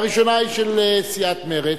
הראשונה היא של סיעת מרצ,